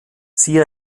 sie